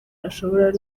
ashobora